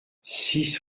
six